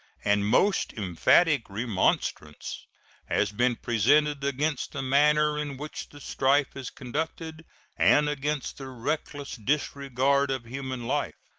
and most emphatic remonstrance has been presented against the manner in which the strife is conducted and against the reckless disregard of human life,